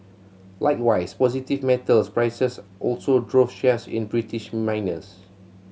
likewise positive metals prices also drove shares in British miners